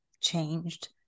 changed